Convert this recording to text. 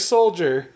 Soldier